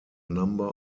number